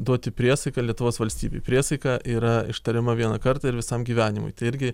duoti priesaiką lietuvos valstybei priesaika yra ištariama vieną kartą ir visam gyvenimui tai irgi